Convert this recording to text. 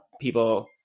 people –